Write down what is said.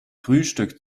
frühstück